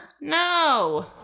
No